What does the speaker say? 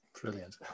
Brilliant